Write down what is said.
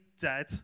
dead